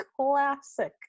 classic